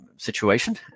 situation